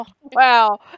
Wow